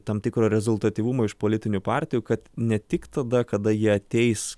tam tikro rezultatyvumo iš politinių partijų kad ne tik tada kada jie ateis